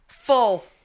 Full